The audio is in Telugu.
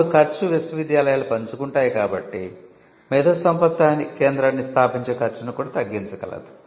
అప్పుడు ఖర్చు విశ్వవిద్యాలయాలు పంచుకుంటాయి కాబట్టి మేధోసంపత్తి కేంద్రాన్ని స్థాపించే ఖర్చును కూడా తగ్గించగలదు